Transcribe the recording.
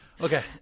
Okay